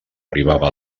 arribava